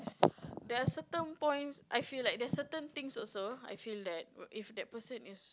there're certain points I feel like there are certain things also I feel that if that person is